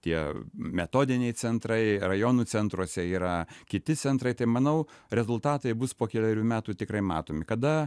tie metodiniai centrai rajonų centruose yra kiti centrai tai manau rezultatai bus po kelerių metų tikrai matomi kada